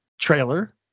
trailer